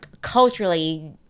culturally